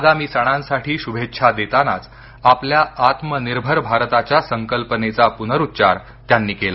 आगामी सणांसाठी शुभेच्छा देतानाच आपल्या आत्मनिर्भर भारताच्या संकल्पनेचा पुनरुच्चार त्यांनी केला